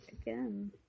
again